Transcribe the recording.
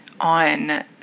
on